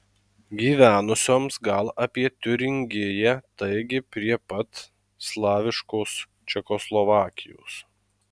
gyvenusioms gal apie tiuringiją taigi prie pat slaviškos čekoslovakijos